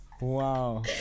Wow